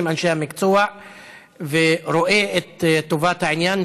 אנשי המקצוע ורואה את טובת העניין.